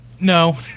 no